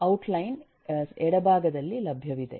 out line ಎಡಭಾಗದಲ್ಲಿ ಲಭ್ಯವಿದೆ